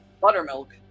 Buttermilk